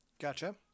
Gotcha